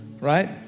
Right